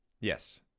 Yes